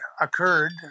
occurred